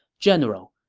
general,